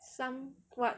some what